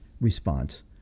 response